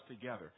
together